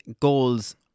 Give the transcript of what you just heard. goals